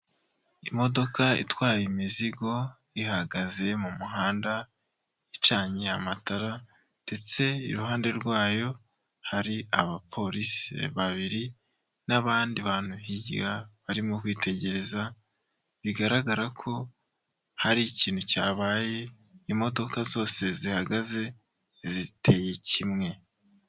Imodoka itwaye imizigo ihagaze mu muhanda icanye amatara ndetse iruhande rwayo hari abapolisi babiri n'abandi bantu hirya barimo kwitegereza, bigaragara ko hari ikintu cyabaye, imodoka zose zihagaze ziteye kimwe.